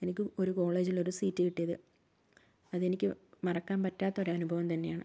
എനിക്ക് ഒരു കോളേജിൽ ഒരു സീറ്റ് കിട്ടിയത് അത് എനിക്ക് മറക്കാൻ പറ്റാത്ത ഒരു അനുഭവം തന്നെയാണ്